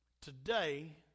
today